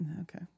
okay